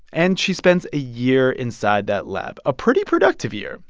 and she spends a year inside that lab a pretty productive year.